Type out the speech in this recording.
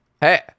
Hey